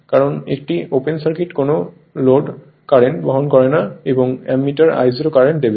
কারণ একটি open circuit কোন লোড কারেন্ট বহন করে না এবং অ্যামমিটার I0 কারেন্ট দেবে